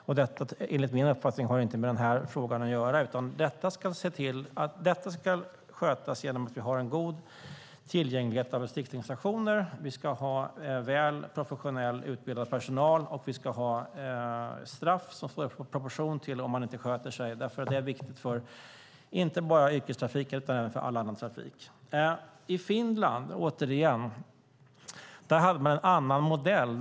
Detta har, enligt min uppfattning, inte med den här frågan att göra, utan detta ska skötas genom att vi har en god tillgänglighet till besiktningsstationer, professionell och väl utbildad personal och straff som står i proportion till om man inte sköter sig. Det är viktigt inte bara för yrkestrafiken utan också för all annan trafik. I Finland hade man en annan modell.